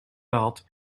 belt